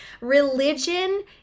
Religion